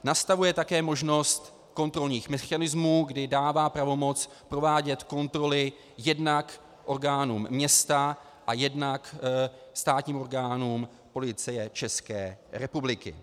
Nastavuje také možnost kontrolních mechanismů, kdy dává pravomoc provádět kontroly jednak orgánům města a jednak státním orgánům Policie České republiky.